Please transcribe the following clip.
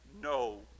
no